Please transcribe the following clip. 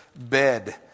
bed